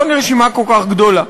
לא רשימה כל כך גדולה.